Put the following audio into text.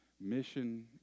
mission